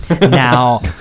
Now